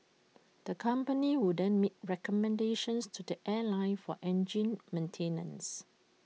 the company would then make recommendations to the airline for engine maintenance